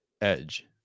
edge